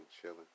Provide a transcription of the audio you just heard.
chilling